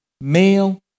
Male